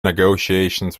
negotiations